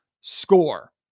Score